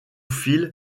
fils